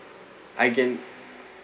I can